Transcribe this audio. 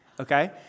okay